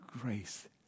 grace